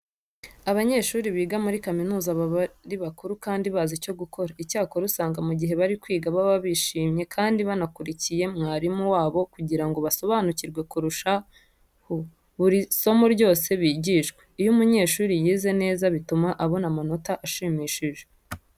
Abanyeshuri biga muri kaminuza baba ari bakuru kandi bazi icyo gukora. Icyakora usanga mu gihe bari kwiga baba bishimye kandi banakurikiye mwarimu wabo kugira ngo basobanukirwe kurushaho buri somo ryose bigishwa. Iyo umunyeshuri yize neza bituma abona amanota ashimishije.